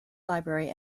library